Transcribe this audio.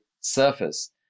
surface